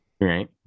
Right